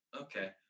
okay